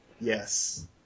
Yes